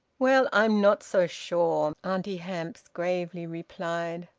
well, i'm not so sure, auntie hamps gravely replied.